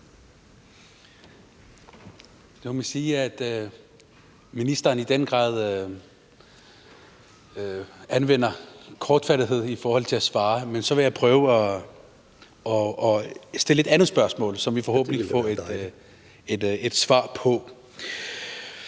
Der må man sige, at ministeren i den grad anvender kortfattethed i forhold til at svare, men så vil jeg prøve at stille et andet spørgsmål, som vi forhåbentlig kan få et svar på.